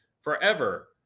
forever